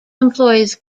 employs